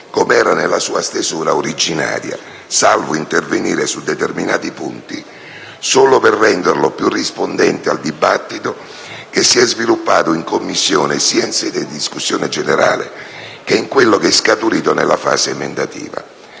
com'era nella sua stesura originaria, salvo intervenire su determinati punti, solo per renderlo più rispondente al dibattito che si è sviluppato in Commissione, sia in sede di discussione generale sia in quello che è scaturito nella fase emendativa.